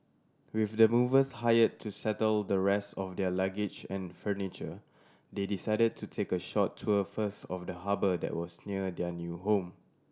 with the movers hire to settle the rest of their luggage and furniture they decided to take a short tour first of the harbour that was near their new home